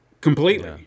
completely